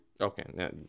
Okay